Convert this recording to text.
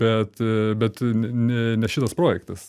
bet bet ne ne šitas projektas